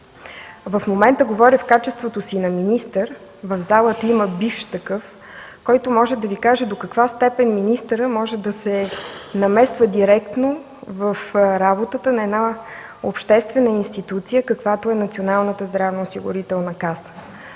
В момента говоря в качеството си на министър, в залата има бивш такъв, който може да Ви каже до каква степен министърът може да се намесва директно в работата на една обществена институция, каквато е Националната здравноосигурителна каса.